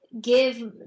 give